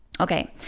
Okay